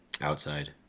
outside